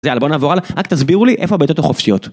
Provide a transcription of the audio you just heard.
אז יאללה, בוא נעבור הלאה, רק תסבירו לי איפה הבעיטות החופשיות.